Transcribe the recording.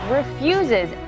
refuses